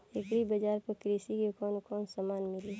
Agri बाजार पर कृषि के कवन कवन समान मिली?